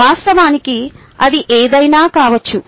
వాస్తవానికి అది ఏదైనా కావచ్చు